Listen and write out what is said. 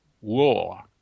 war